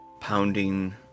pounding